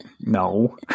No